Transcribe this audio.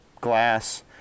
glass